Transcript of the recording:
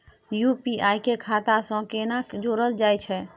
UPI के खाता सं केना जोरल जाए छै?